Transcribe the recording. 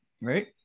right